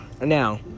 Now